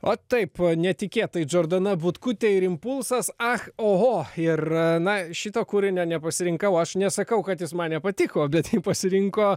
o taip netikėtai džordana butkutė ir impulsas ah oho ir na šito kūrinio nepasirinkau aš nesakau kad jis man nepatiko bet jį pasirinko